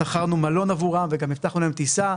שכרנו מלון עבורם וגם הבטחנו להם טיסה.